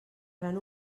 gran